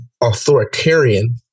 authoritarian